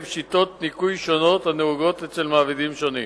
שיטות ניכוי שונות הנהוגות אצל מעבידים שונים.